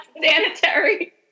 sanitary